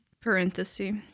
parenthesis